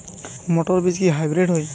মটর বীজ কি হাইব্রিড হয়?